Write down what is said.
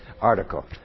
article